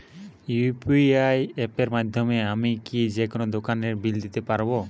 UPI অ্যাপের মাধ্যমে আমি কি যেকোনো দোকানের বিল দিতে পারবো?